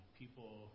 people